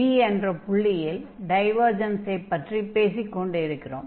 P என்ற ஒரு புள்ளியில் டைவர்ஜன்ஸை பற்றி பேசிக்கொண்டிருக்கிறோம்